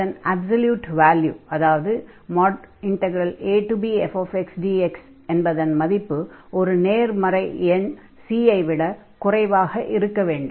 அதன் absolute value அதாவது abfxdx என்பதன் மதிப்பு ஒரு நேர்மறை எண் C ஐ விட குறைவாக இருக்க வேண்டும்